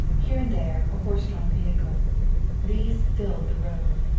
here and there a horse-drawn vehicle these filled the road.